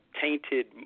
tainted